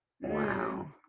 Wow